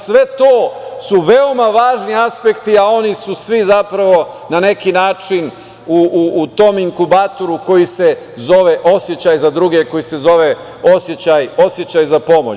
Sve to su veoma važni aspekti, a oni su svi zapravo na neki način u tom inkubatoru koji se zove osećaj za druge, koji se zove osećaj za pomoć.